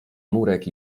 murek